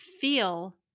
feel